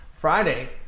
Friday